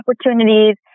opportunities